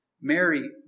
Mary